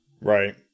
Right